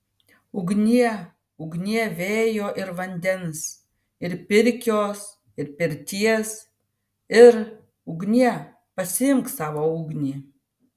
ugnie ugnie vėjo ir vandens ir pirkios ir pirties ir ugnie pasiimk savo ugnį